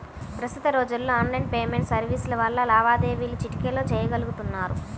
ప్రస్తుత రోజుల్లో online payment సర్వీసుల వల్ల లావాదేవీలు చిటికెలో చెయ్యగలుతున్నారు